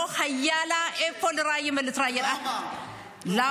לא היה לה איפה לראיין ולהתראיין --- אקשן,